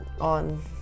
on